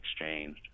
exchanged